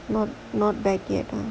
oh not back yet